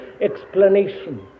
explanation